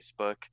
facebook